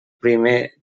primer